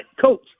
coach